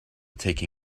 take